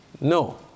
No